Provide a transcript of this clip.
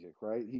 right